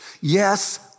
yes